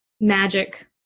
magic